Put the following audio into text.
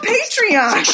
Patreon